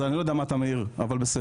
אז אני לא יודע על מה אתה מאיר, אבל בסדר.